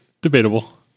debatable